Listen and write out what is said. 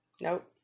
Nope